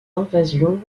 invasions